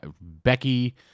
Becky